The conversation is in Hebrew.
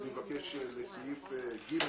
אני מבקש לסעיף (ג)